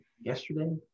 yesterday